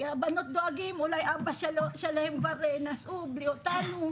כי הבנות דאגו, אולי אבא שלהם נסע בלעדיהן.